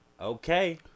okay